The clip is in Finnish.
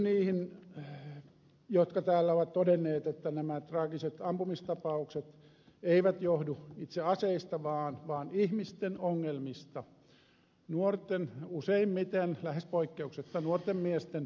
yhdyn niihin jotka täällä ovat todenneet että nämä traagiset ampumistapaukset eivät johdu itse aseista vaan ihmisten ongelmista nuorten useimmiten lähes poikkeuksetta nuorten miesten ongelmista